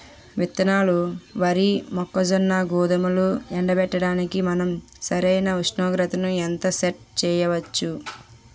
విత్తనాలు వరి, మొక్కజొన్న, గోధుమలు ఎండబెట్టడానికి మనం సరైన ఉష్ణోగ్రతను ఎంత సెట్ చేయవచ్చు?